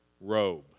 robe